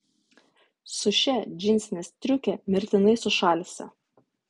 su šia džinsine striuke mirtinai sušalsi